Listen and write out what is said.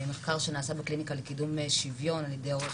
מחקר שנעשה בקליניקה לקידום שוויון על ידי פרופ'